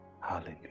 Hallelujah